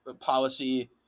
policy